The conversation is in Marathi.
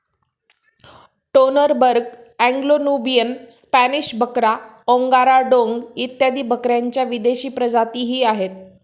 टोनरबर्ग, अँग्लो नुबियन, स्पॅनिश बकरा, ओंगोरा डोंग इत्यादी बकऱ्यांच्या विदेशी प्रजातीही आहेत